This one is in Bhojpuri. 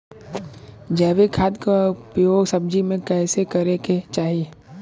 जैविक खाद क उपयोग सब्जी में कैसे करे के चाही?